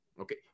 okay